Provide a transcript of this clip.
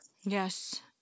Yes